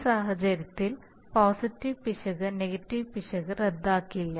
ഈ സാഹചര്യത്തിൽ പോസിറ്റീവ് പിശക് നെഗറ്റീവ് പിശക് റദ്ദാക്കില്ല